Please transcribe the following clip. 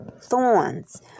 thorns